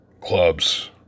clubs